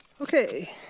Okay